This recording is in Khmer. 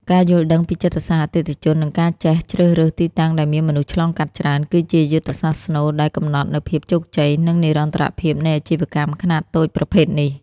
ការយល់ដឹងពីចិត្តសាស្ត្រអតិថិជន និងការចេះជ្រើសរើសទីតាំងដែលមានមនុស្សឆ្លងកាត់ច្រើន គឺជាយុទ្ធសាស្ត្រស្នូលដែលកំណត់នូវភាពជោគជ័យ និងនិរន្តរភាពនៃអាជីវកម្មខ្នាតតូចប្រភេទនេះ។